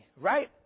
right